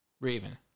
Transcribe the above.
Raven